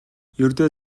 ердөө